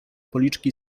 policzki